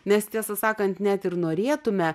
nes tiesą sakant net ir norėtume